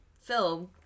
film